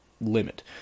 limit